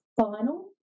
final